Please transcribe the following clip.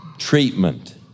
Treatment